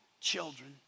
children